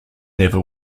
never